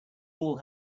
all